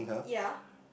ya